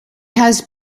has